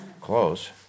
close